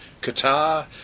Qatar